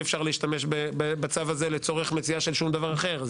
אי אפשר להשתמש בצו הזה לצורך מציאה של שום דבר אחר.